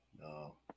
no